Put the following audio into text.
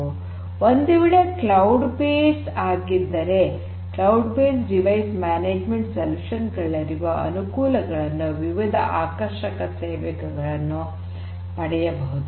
ಅದು ಒಂದು ವೇಳೆ ಕ್ಲೌಡ್ ಬೇಸ್ಡ್ ಆಗಿದ್ದರೆ cloud based device management solution ಗಳಲ್ಲಿರುವ ಅನುಕೂಲಗಳನ್ನು ವಿವಿಧ ಆಕರ್ಷಕ ಸೇವೆಗಳನ್ನು ಪಡೆಯಬಹುದು